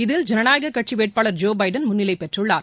இதில் ஜனநாயக கட்சி வேட்பாளர் ஜோ பைடன் முன்னிலை பெற்றுள்ளார்